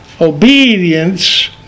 obedience